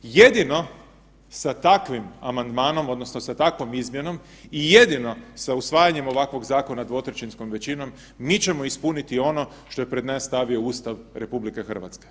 Jedino sa takvim amandmanom odnosno sa takvom izmjenom i jedino sa usvajanjem ovakvog zakona dvotrećinskom većinom mi ćemo ispuniti ono što je pred nas stavio Ustav RH.